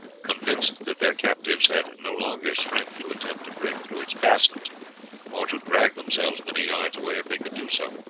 convinced that their captives had no longer strength to attempt to break through its fastenings or to drag themselves many yards away if they could do so.